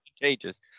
contagious